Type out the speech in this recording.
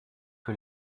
que